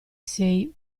sei